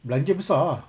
belanja besar ah